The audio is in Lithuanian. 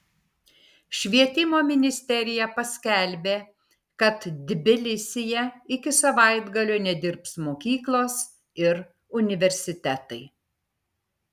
švietimo ministerija paskelbė kad tbilisyje iki savaitgalio nedirbs mokyklos ir universitetai